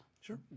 Sure